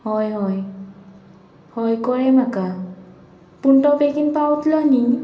हय हय हय कयळें म्हाका पूण तो बेगीन पावतलो न्ही